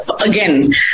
again